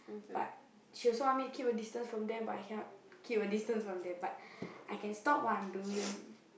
but she also want me to keep a distance from them but I cannot keep a distance from them but I can stop what I'm doing